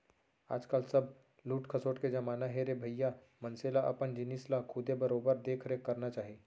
आज काल सब लूट खसोट के जमाना हे रे भइया मनसे ल अपन जिनिस ल खुदे बरोबर देख रेख करना चाही